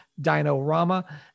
Dino-Rama